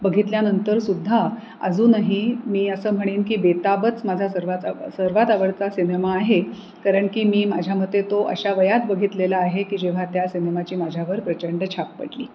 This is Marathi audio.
बघितल्यानंतरसुद्धा अजूनही मी असं म्हणेन की बेताबच माझा सर्वात सर्वात आवडता सिनेमा आहे कारण की मी माझ्या मते तो अशा वयात बघितलेला आहे की जेव्हा त्या सिनेमाची माझ्यावर प्रचंड छाप पडली